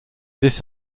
this